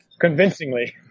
convincingly